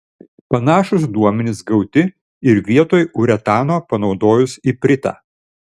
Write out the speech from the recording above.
panašūs duomenys gauti ir vietoj uretano panaudojus ipritą